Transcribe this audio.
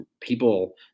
people